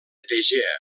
tegea